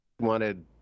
wanted